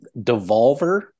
devolver